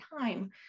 time